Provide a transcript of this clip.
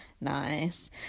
Nice